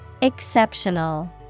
Exceptional